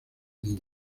niños